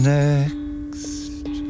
next